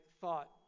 thought